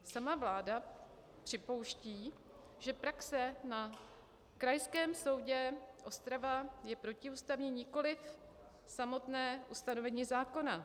Sama vláda připouští, že praxe na Krajském soudě Ostrava je protiústavní, nikoliv samotné ustanovení zákona.